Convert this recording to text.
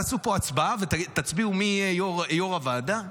תעשו פה הצבעה ותצביעו מי יהיה יו"ר הוועדה?